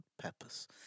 peppers